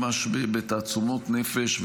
ממש בתעצומות נפש,